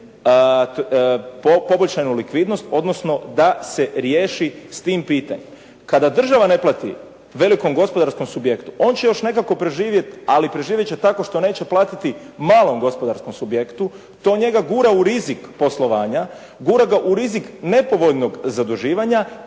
poboljšanu likvidnost, odnosno da se riješi s tim pitanjem. Kada država ne plati velikom gospodarskom subjektu on će još nekako preživjeti, ali preživjet će tako što neće platiti malom gospodarskom subjektu. To njega gura u rizik poslovanja, gura ga u rizik nepovoljnog zaduživanja,